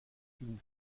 une